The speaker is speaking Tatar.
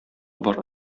бар